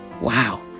Wow